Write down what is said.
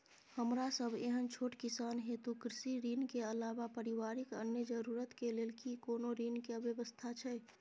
हमरा सब एहन छोट किसान हेतु कृषि ऋण के अलावा पारिवारिक अन्य जरूरत के लेल की कोनो ऋण के व्यवस्था छै?